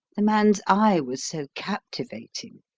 the man's eye was so captivating.